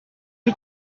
who